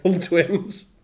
twins